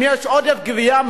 אם יש עודף גבייה,